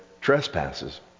trespasses